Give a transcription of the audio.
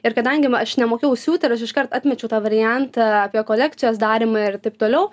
ir kadangi aš nemokėjau siūti ir aš iškart atmečiau tą variantą apie kolekcijos darymą ir taip toliau